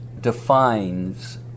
defines